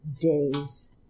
days